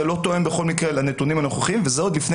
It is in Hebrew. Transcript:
בכל מקרה זה לא תואם את הנתונים הנוכחיים וזה עוד לפני